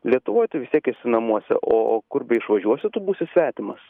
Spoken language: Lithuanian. lietuvoj tu vis tiek esi namuose o kur beišvažiuosi tu būsi svetimas